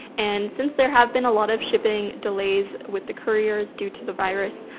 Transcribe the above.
and since there have been a lot of shipping delays with the couriers due to the virus,